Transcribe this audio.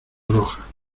roja